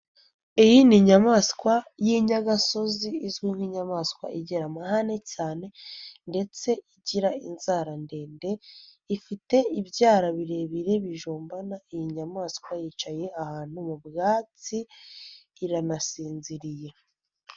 Iyi ni inyamaswa y'inyagasozi izwi nk'inyamaswa igera amahane cyane ndetse igira inzara ndende, ifite ibyara birebire bijombana, iyi nyamaswa yicaye ahantu mu byatsi iranasinziriye.